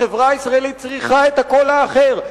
החברה הישראלית צריכה את הקול האחר.